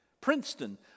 Princeton